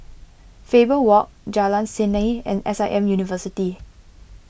Faber Walk Jalan Seni and S I M University